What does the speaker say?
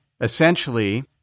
essentially